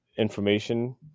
information